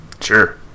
Sure